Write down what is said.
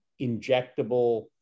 injectable